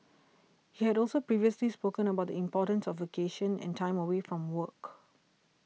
he had also previously spoken about the importance of vacation and time away from work